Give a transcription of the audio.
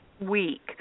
week